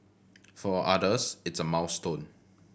for others it's a milestone